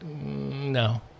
No